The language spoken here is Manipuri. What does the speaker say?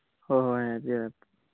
ꯍꯣꯍꯣꯏ ꯍꯥꯏꯕꯤꯌꯨ ꯍꯥꯏꯕꯤꯌꯨ